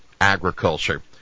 agriculture